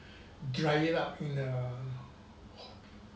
dry it up in the [ho]